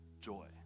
joy